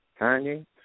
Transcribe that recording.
Kanye